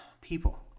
people